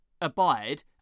abide